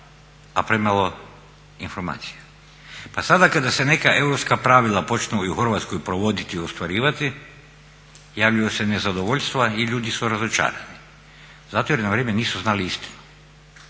a premalo informacija. Pa sada kada se neka europska pravila počnu i u Hrvatskoj provoditi i ostvarivati javljaju se nezadovoljstva i ljudi su razočarani zato jer na vrijeme nisu znali istinu.